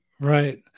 Right